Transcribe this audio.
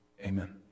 Amen